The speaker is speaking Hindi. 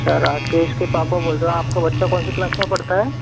अच्छा राजेश के पापा बोल रहे हो आपका बच्चा कौन सी क्लास में पढ़ता है